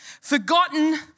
forgotten